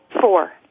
Four